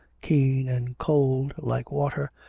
keen and cold like water,